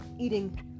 eating